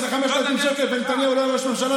ל-5,000 שקל ונתניהו לא יהיה ראש הממשלה,